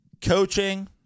coaching